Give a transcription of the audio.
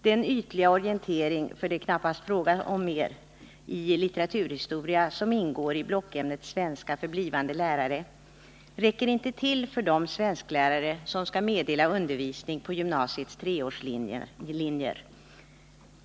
Den ytliga orientering — för det är knappast fråga om mer — i litteraturhistoria som ingår i blockämnet svenska för blivande lärare räcker inte till för de svensklärare som skall meddela undervisning på gymnasiets treårslinjer.